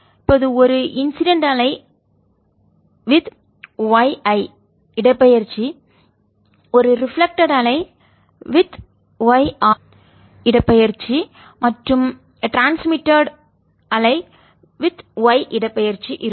இப்போது ஒரு இன்சிடென்ட் அலை வித் y I இடப்பெயர்ச்சி ஒரு ரிஃப்ளெக்ட் பிரதிபலித்த அலை வித் yR இடப்பெயர்ச்சி இடப்பெயர்ச்சி மற்றும் ட்ரான்ஸ்மிட்டட் பரவும் அலை வித் y இடப்பெயர்ச்சி இருக்கும்